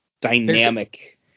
dynamic